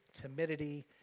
timidity